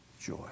joy